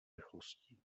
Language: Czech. rychlostí